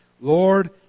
Lord